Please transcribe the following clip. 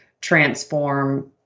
transform